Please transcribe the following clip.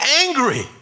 angry